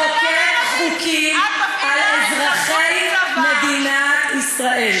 לחוקק חוקים, את מפעילה, על אזרחי מדינת ישראל.